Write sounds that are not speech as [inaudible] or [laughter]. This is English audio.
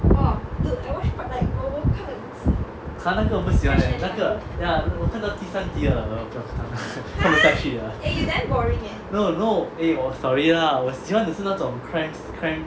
!huh! 那个我不喜欢 leh 那个 ya 我看到第三集了 [noise] 不要看了看不下去了 no no eh sorry lah 我喜欢的是那种 crime crime